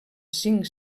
cinc